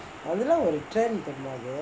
அதுலா ஒரு:athulaa oru trend தெரிமா அது:therimaa athu